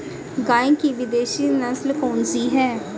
गाय की विदेशी नस्ल कौन सी है?